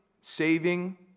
saving